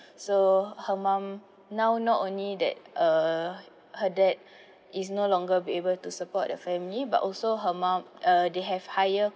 so her mum now not only that uh her dad is no longer be able to support the family but also her mum uh they have higher